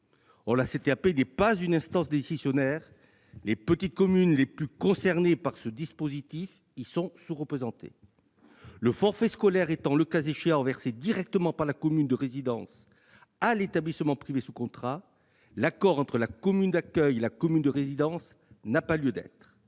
Or la CTAP n'est pas une instance décisionnaire et les petites communes, qui sont les plus concernées par ce dispositif, y sont sous-représentées. Deuxièmement, le forfait scolaire étant, le cas échéant, versé directement par la commune de résidence à l'établissement privé sous contrat, l'accord entre la commune d'accueil et la commune de résidence n'a pas lieu d'être.